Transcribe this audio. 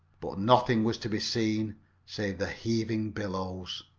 but nothing was to be seen save the heaving billows.